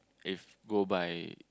if go by